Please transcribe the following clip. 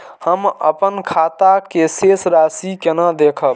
हम अपन खाता के शेष राशि केना देखब?